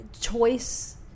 choice